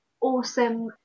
awesome